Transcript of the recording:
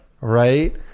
Right